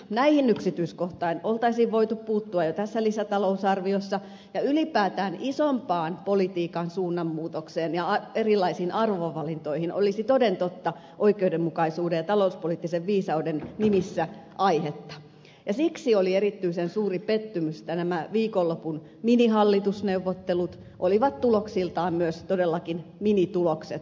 näihin yksityiskohtiin olisi voitu puuttua jo tässä lisätalousarviossa ja ylipäätään isompaan politiikan suunnanmuutokseen ja erilaisiin arvovalintoihin olisi toden totta oikeudenmukaisuuden ja talouspoliittisen viisauden nimissä aihetta ja siksi oli erityisen suuri pettymys että nämä viikonlopun minihallitusneuvottelut tuottivat myös todellakin minitulokset